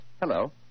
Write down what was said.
Hello